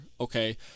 okay